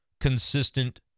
consistent